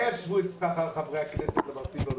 אולי ישוו את שכר חברי הכנסת לשכר מרצים באוניברסיטה?